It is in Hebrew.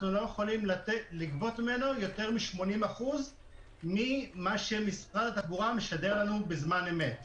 לא יכולים לגבות ממנו יותר מ-80% ממה שמשרד התחבורה משדר לנו בזמן אמת.